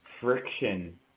friction